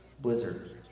blizzard